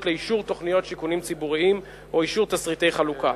לאישור תוכניות שיכונים ציבוריים או אישור תשריטי חלוקה.